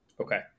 Okay